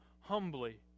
Humbly